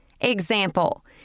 Example